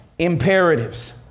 imperatives